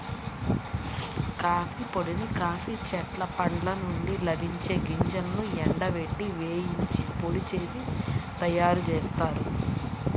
coffee పొడిని coffee చెట్ల పండ్ల నుండి లభించే గింజలను ఎండబెట్టి, వేయించి పొడి చేసి తయ్యారుజేత్తారు